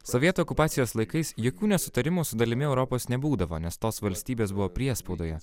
sovietų okupacijos laikais jokių nesutarimų su dalimi europos nebūdavo nes tos valstybės buvo priespaudoje